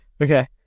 Okay